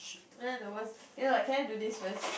then I towards can not can I do this first